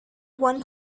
one